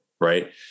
right